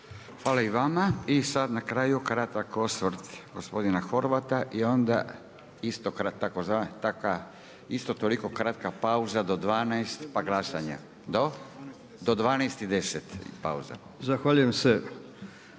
Hvala i vama. I sad na kraju kratak osvrt gospodina Horvata i onda isto toliko kratka pauza do 12,00 pa glasanje. Do 12,10 pauza. **Horvat, Mile